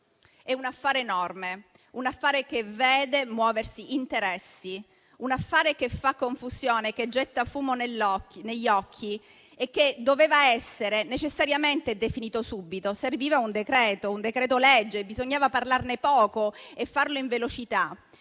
È un affare enorme, che vede muoversi interessi, che fa confusione e getta fumo negli occhi e che doveva essere necessariamente definito subito. Per questo serviva un decreto-legge: bisognava parlarne poco e farlo in velocità.